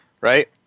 right